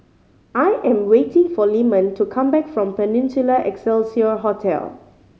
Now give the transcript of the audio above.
I am waiting for Leamon to come back from Peninsula Excelsior Hotel